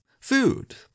food